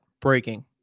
breaking